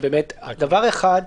דבר אחד,